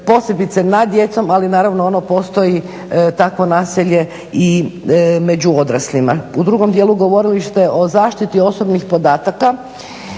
posebice nad djecom, ali naravno ono postoji takvo nasilje i među odraslima. U drugom dijelu govorili ste o zaštiti osobnih podataka